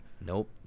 Nope